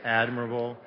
admirable